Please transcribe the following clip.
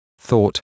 thought